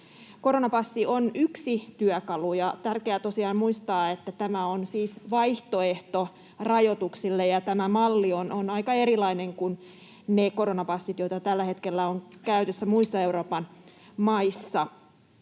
Koronapassi on yksi työkalu, ja on tärkeää tosiaan muistaa, että tämä on siis vaihtoehto rajoituksille ja tämä malli on aika erilainen kuin ne koronapassit, joita tällä hetkellä on käytössä muissa Euroopan maissa.